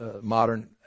modern